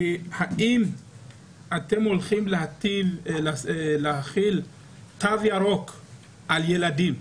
האם אתם הולכים להחיל תו ירוק על ילדים?